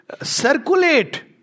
circulate